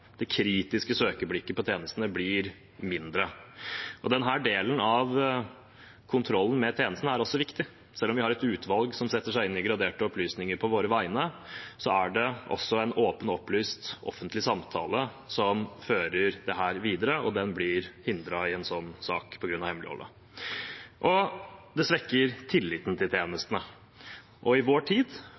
det kritiske søkeblikket på tjenestene blir mindre. Denne delen av kontrollen med tjenestene er også viktig. Selv om vi har et utvalg som setter seg inn i graderte opplysninger på våre vegne, er det også en åpen og opplyst offentlig samtale som fører dette videre, og den blir hindret i en sånn sak på grunn av hemmeligholdet. Det svekker tilliten til tjenestene. I vår tid